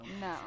No